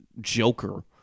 Joker